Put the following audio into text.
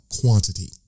quantity